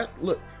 Look